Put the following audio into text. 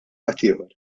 ħaddieħor